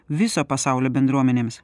viso pasaulio bendruomenėms